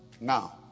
now